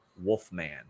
Wolfman